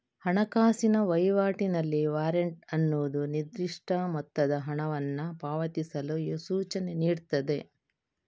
ಹಣಕಾಸಿನ ವೈವಾಟಿನಲ್ಲಿ ವಾರೆಂಟ್ ಅನ್ನುದು ನಿರ್ದಿಷ್ಟ ಮೊತ್ತದ ಹಣವನ್ನ ಪಾವತಿಸಲು ಸೂಚನೆ ನೀಡ್ತದೆ